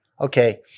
okay